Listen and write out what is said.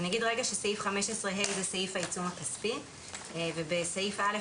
אני אומר שסעיף 15ה הוא סעיף העיצום הכספי ובסעיף (א),